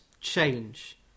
change